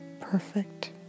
Perfect